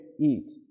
eat